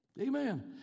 Amen